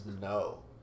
No